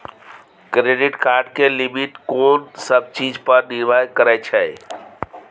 Credit card के limit कोन सब चीज पर निर्भर करै छै?